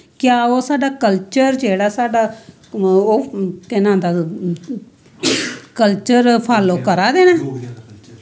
क्या ओह् साढ़ा कल्चर जेह्ड़ा साढ़ा ओह् केह् नां ता कल्चर फॉल्लो करै दे नै